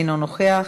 אינו נוכח,